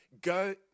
go